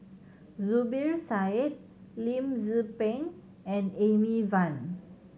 Zubir Said Lim Tze Peng and Amy Van